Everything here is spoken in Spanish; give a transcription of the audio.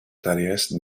tareas